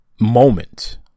moment